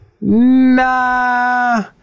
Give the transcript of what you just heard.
nah